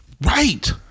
Right